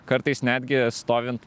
kartais netgi stovint